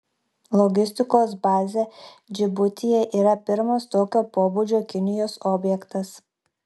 logistikos bazė džibutyje yra pirmas tokio pobūdžio kinijos objektas